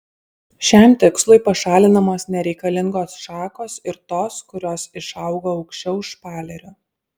šiam tikslui pašalinamos nereikalingos šakos ir tos kurios išaugo aukščiau špalerio